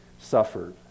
suffered